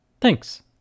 Thanks